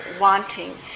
wanting